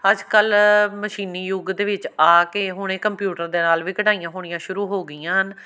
ਅੱਜ ਕੱਲ੍ਹ ਮਸ਼ੀਨੀ ਯੁੱਗ ਦੇ ਵਿੱਚ ਆ ਕੇ ਹੁਣ ਇਹ ਕੰਪਿਊਟਰ ਦੇ ਨਾਲ ਵੀ ਕਢਾਈਆਂ ਹੋਣੀਆਂ ਸ਼ੁਰੂ ਹੋ ਗਈਆਂ ਹਨ